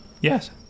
yes